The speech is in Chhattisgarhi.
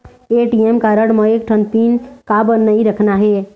ए.टी.एम कारड म एक ठन पिन काबर नई रखना हे?